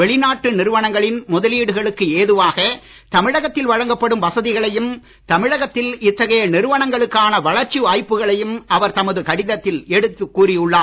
வெளிநாட்டு நிறுவனங்களின் முதலீடுகளுக்கு ஏதுவாக தமிழகத்தில் வழங்கப்படும் வசதிகளையும் தமிழகத்தில் இத்தகைய நிறுவனங்களுக்கான வளர்ச்சி வாய்ப்புகளையும் அவர் தமது கடிதத்தில் எடுத்துக் கூறியுள்ளார்